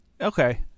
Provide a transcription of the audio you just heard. Okay